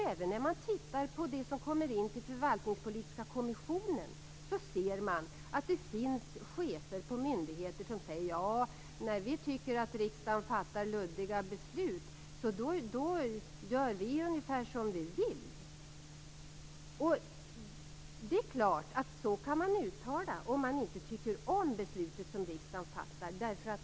Även när man tittar på det som kommer in till Förvaltningspolitiska kommissionen ser man att det finns chefer på myndigheter som säger: När vi tycker att riksdagen fattar luddiga beslut gör vi ungefär som vi vill. Det är klart att man kan uttala sig så om man inte tycker om det beslut som riksdagen fattar.